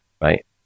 right